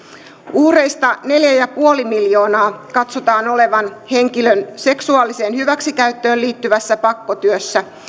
uhreista neljä pilkku viisi miljoonaa katsotaan olevan henkilön seksuaaliseen hyväksikäyttöön liittyvässä pakkotyössä